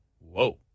whoa